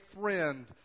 friend